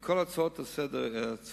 כל ההצעות לסדר-היום